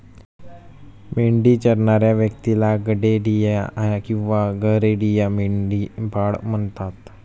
मेंढी चरणाऱ्या व्यक्तीला गडेडिया किंवा गरेडिया, मेंढपाळ म्हणतात